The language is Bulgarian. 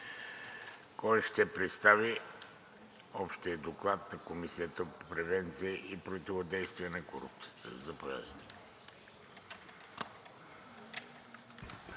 Кой ще представи общият Доклад на Комисията по превенция и противодействие на корупцията? Заповядайте.